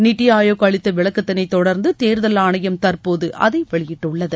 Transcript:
நித்தி ஆயோக் அளித்த விளக்கத்தினை தொடர்ந்து தேர்தல் ஆணையம் தற்போது அதை வெளியிட்டுள்ளது